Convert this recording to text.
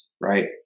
right